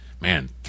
man